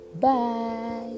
bye